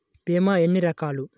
భీమ ఎన్ని రకాలు?